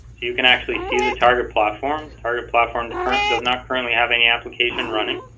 you can actually see the target platform target platform the current does not currently have any application running